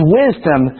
wisdom